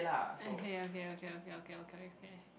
okay okay okay okay okay okay okay